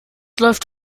läuft